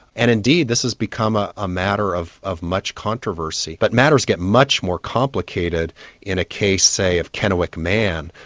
and indeed this has become a ah matter of of much controversy. but matters get much more complicated in a case say of kennewick man,